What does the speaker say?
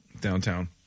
downtown